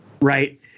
right